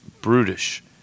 brutish